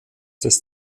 des